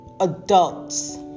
adults